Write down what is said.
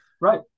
Right